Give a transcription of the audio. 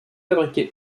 fabriqués